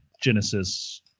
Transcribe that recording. Genesis